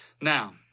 Now